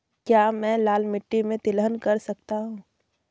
क्या मैं लाल मिट्टी में तिलहन कर सकता हूँ?